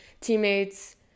teammates